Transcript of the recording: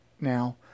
now